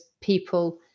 people